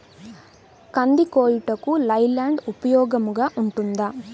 కంది కోయుటకు లై ల్యాండ్ ఉపయోగముగా ఉంటుందా?